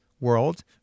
world